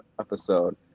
episode